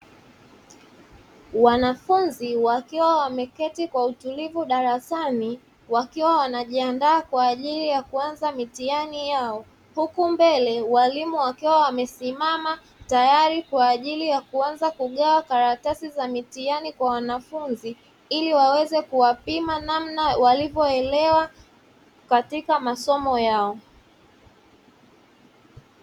Wanafunzi wakiwa wameketi kwa utulivu darasani wakiwa wanajiandaa kwaajili ya kuanza mitihani yao; huku mbele waalimu wakiwa wamesimama tayari kwaajili ya kuanza kugawa karatasi za mitihani kwa wanafunzi ili waweze kuwapima namna walivyoelewa katika masomo yao.